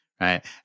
right